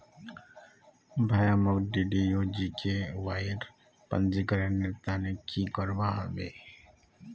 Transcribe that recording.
भाया, मोक डीडीयू जीकेवाईर पंजीकरनेर त न की करवा ह बे